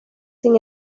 sin